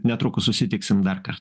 netrukus susitiksim dar kar